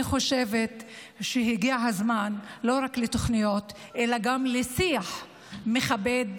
אני חושבת שהגיע הזמן לא רק לתוכניות אלא גם לשיח מכבד,